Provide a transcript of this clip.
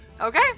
Okay